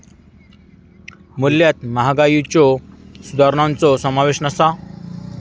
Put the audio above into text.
मूल्यात महागाईच्यो सुधारणांचो समावेश नसा